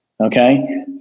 okay